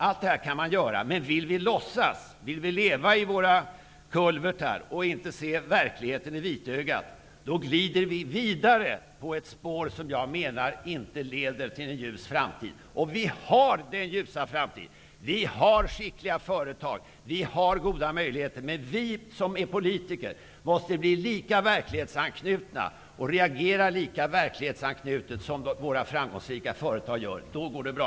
Allt detta kan man göra. Men om vi vill låtsas och om vi vill leva i våra kulvertar och inte se verkligheten i vitögat, då glider vi vidare på ett spår som jag menar inte leder till en ljus framtid. Vi har den ljusa framtiden. Vi har skickliga företag. Vi har goda möjligheter. Men vi som är politiker måste bli lika verklighetsanknutna och reagera lika verklighetsanknutet som våra framgångsrika företag gör. Då går det bra.